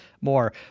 more